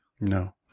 No